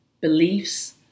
beliefs